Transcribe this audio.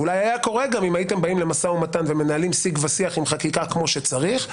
והיה קורה אם הייתם באים למו"מ ומנהלים שיג ושיח על חקיקה כמו שצריך.